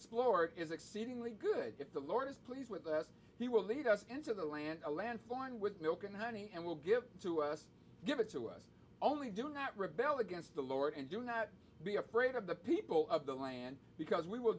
slower is exceedingly good if the lord is pleased with us he will lead us into the land a land foreign with milk and honey and will give it to us give it to us only do not rebel against the lord and do not be afraid of the people of the land because we will